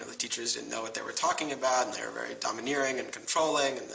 the teachers didn't know what they were talking about they were very domineering and controlling,